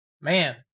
man